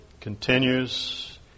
continues